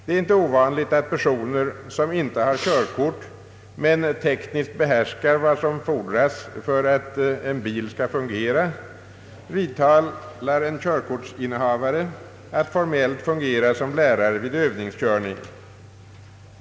Det är inte ovanligt att personer, som inte har körkort men tekniskt behärskar vad som fordras för att en bil skall fungera, vidtalar en körkortsinnehavare att formellt fungera som lärare vid övningskörning.